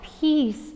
peace